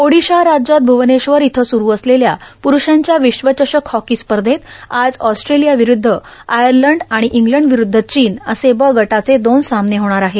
र्ओाडशा राज्यात भूवनेश्वर इथं सुरु असलेल्या प्रुषांच्या र्विश्वचषक हॉको स्पधत आज ऑस्ट्रोलया र्विरुद्ध आयलड आर्गण इंग्लंडर्डावरुद्ध चीन असे ब गटाचे दोन सामने होणार आहेत